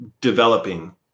developing